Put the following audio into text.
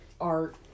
art